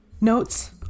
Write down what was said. Notes